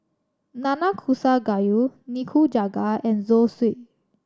Nnanakusa Gayu Nikujaga and Zosui